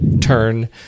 turn